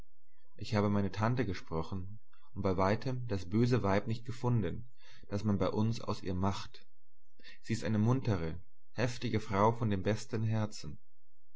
ich habe meine tante gesprochen und bei weitem das böse weib nicht gefunden das man bei uns aus ihr macht sie ist eine muntere heftige frau von dem besten herzen